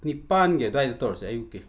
ꯅꯤꯄꯥꯟꯒꯤ ꯑꯗꯨꯋꯥꯏꯗ ꯇꯧꯔꯁꯦ ꯑꯌꯨꯛꯀꯤ